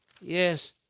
yes